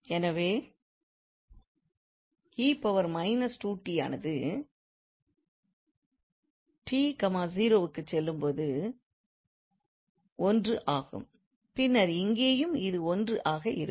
எனவே 𝑒−2𝑡 ஆனது t ௦ வுக்குச் செல்லும் போது 1 ஆகும் பின்னர் இங்கேயும் இது 1 ஆக இருக்கும்